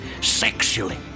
sexually